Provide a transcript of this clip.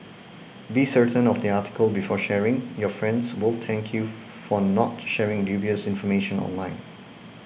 be certain of the article before sharing your friends will thank you for not sharing dubious information online